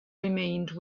remained